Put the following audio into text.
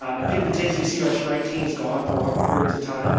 um it could potentially see our strike teams gone for longer periods of time